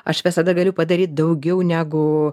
aš visada galiu padaryt daugiau negu